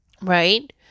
right